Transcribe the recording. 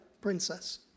princess